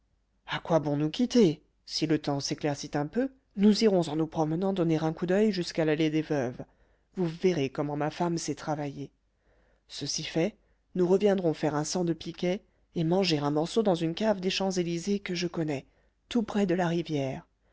à quoi bon nous quitter si le temps s'éclaircit un peu nous irons en nous promenant donner un coup d'oeil jusqu'à l'allée des veuves vous verrez comment ma femme sait travailler ceci fait nous reviendrons faire un cent de piquet et manger un morceau dans une cave des champs-élysées que je connais tout près de la rivière